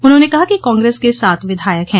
उन्होंने कहा कि कांग्रेस के सात विधायक हैं